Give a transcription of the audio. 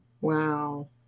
Wow